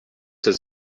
his